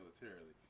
militarily